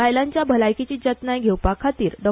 बायलांची भलायकेची जतनाय घेवपा खातीर डॉ